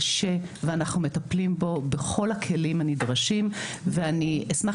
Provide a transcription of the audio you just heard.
קשה ואנחנו מטפלים בו בכל הכלים הנדרשים ואני אשמח